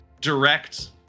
direct